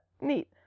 neat